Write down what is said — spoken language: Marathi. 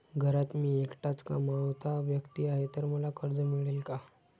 घरात मी एकटाच कमावता व्यक्ती आहे तर मला कर्ज मिळेल का?